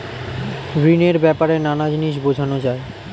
ঋণের ব্যাপারে নানা জিনিস বোঝানো যায়